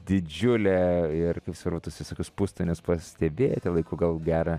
didžiulė ir kaip svarbu tuos visokius pustonius pastebėti laiku gal gerą